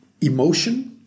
emotion